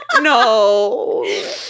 No